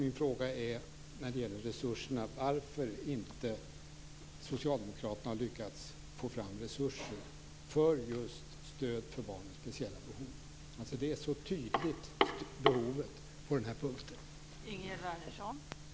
Min fråga när det gäller resurserna är: Varför har inte socialdemokraterna lyckats få fram resurser för stöd till barn med speciella behov? Behovet på den här punkten är så tydligt.